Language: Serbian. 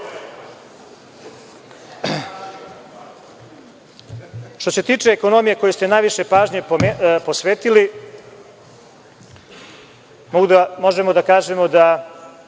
se tiče ekonomije kojoj ste najviše pažnje posvetili, možemo da kažemo da